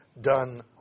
done